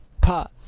Pause